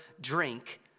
drink